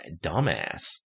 dumbass